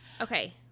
Okay